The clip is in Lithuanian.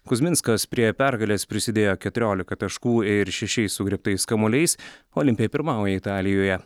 kuzminskas prie pergalės prisidėjo keturiolika taškų ir šešiais sugriebtais kamuoliais olimpia pirmauja italijoje